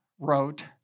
Wrote